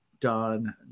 done